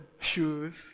shoes